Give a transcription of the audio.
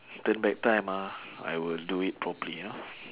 turn back time ah I will do it properly you know